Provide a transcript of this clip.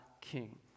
king